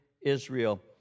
Israel